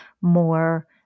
more